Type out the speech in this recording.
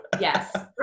Yes